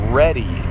ready